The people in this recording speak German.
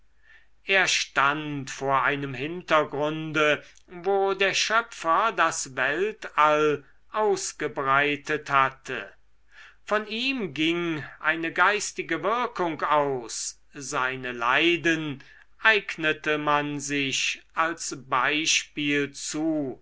er stand vor einem hintergrunde wo der schöpfer das weltall ausgebreitet hatte von ihm ging eine geistige wirkung aus seine leiden eignete man sich als beispiel zu